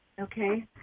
Okay